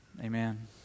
Amen